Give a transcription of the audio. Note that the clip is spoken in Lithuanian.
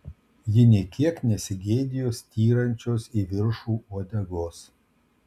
ji nė kiek nesigėdijo styrančios į viršų uodegos